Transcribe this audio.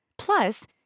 Plus